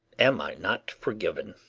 am i not forgiven?